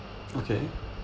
okay